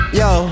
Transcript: yo